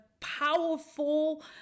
powerful